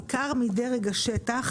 בעיקר מדרג השטח,